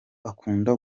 akunda